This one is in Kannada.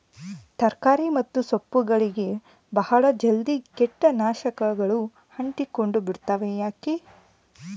ತರಕಾರಿ ಮತ್ತು ಸೊಪ್ಪುಗಳಗೆ ಬಹಳ ಜಲ್ದಿ ಕೇಟ ನಾಶಕಗಳು ಅಂಟಿಕೊಂಡ ಬಿಡ್ತವಾ ಯಾಕೆ?